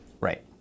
Right